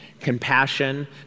compassion